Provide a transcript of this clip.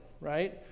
right